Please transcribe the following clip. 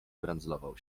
brandzlował